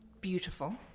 beautiful